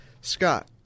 Scott